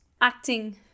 acting